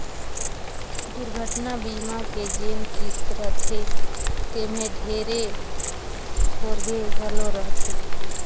दुरघटना बीमा के जेन किस्त रथे तेम्हे ढेरे थोरहें घलो रहथे